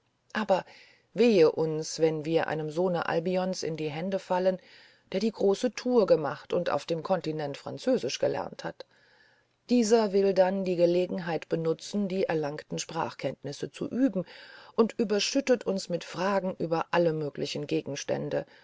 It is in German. aber wehe uns wenn wir einem sohne albions in die hände fallen der die große tour gemacht und auf dem kontinente französisch gelernt hat dieser will dann die gelegenheit benutzen die erlangten sprachkenntnisse zu üben und überschüttet uns mit fragen über alle möglichen gegenstände